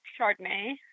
Chardonnay